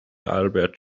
albert